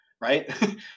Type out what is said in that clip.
right